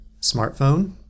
Smartphone